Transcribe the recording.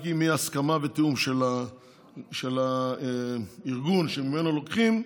רק אם יהיו הסכמה ותיאום של הארגון שממנו לוקחים,